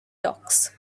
talks